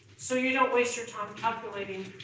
so you don't waste your time calculating